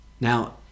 now